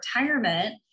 retirement